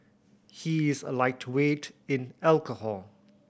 he is a lightweight in alcohol